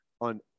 on